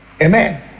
Amen